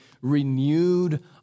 renewed